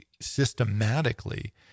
systematically